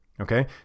okay